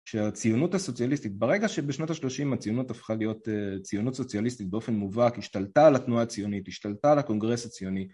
שהציונות הסוציאליסטית, ברגע שבשנות ה-30 הציונות הפכה להיות ציונות סוציאליסטית באופן מובהק, השתלטה על התנועה הציונית, השתלטה על הקונגרס הציוני